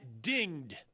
dinged